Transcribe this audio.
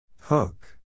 Hook